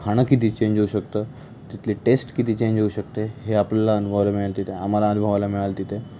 खाणं किती चेंज होऊ शकतं तिथली टेस्ट किती चेंज होऊ शकते हे आपल्याला अनुभवाला मिळेल तिथे आम्हाला अनुभवाला मिळालं तिथे